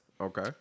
Okay